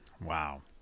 Wow